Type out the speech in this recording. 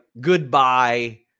goodbye